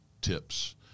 tips